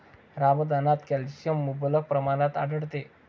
रमदानात कॅल्शियम मुबलक प्रमाणात आढळते